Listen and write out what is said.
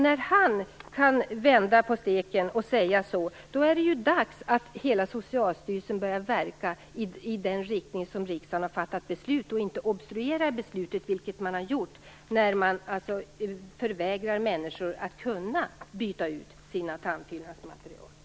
När han kan vända på steken och säga så är det dags att hela Socialstyrelsen börjar verka i den riktning som riksdagen har fattat beslut om och inte obstruerar beslutet, vilket man har gjort när man förvägrar människor att kunna byta ut sina tandfyllnadsmaterial.